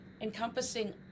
encompassing